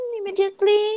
immediately